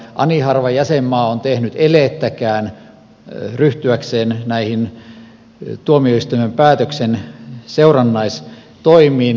ani harva jäsenmaa on tehnyt elettäkään ryhtyäkseen näihin tuomioistuimen päätöksen seurannaistoimiin